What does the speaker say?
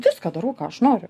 viską darau ką aš noriu